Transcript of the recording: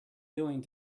doing